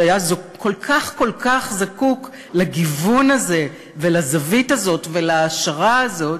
שהיה כל כך כל כך זקוק לגיוון הזה ולזווית הזאת ולהעשרה הזאת.